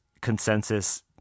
consensus